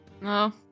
No